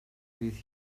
fydd